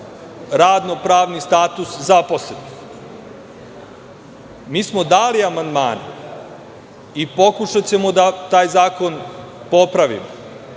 radno-pravni status zaposlenih. Mi smo dali amandmane i pokušaćemo da taj zakon popravimo.